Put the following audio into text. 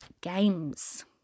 games